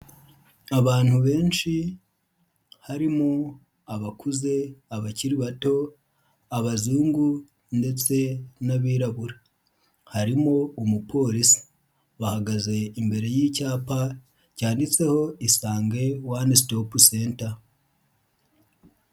Abantu benshi harimo abakuze, abakiri bato, abazungu ndetse n'abirabura. Harimo umupolisi, bahagaze imbere y'icyapa cyanditseho Isange One Stop Center.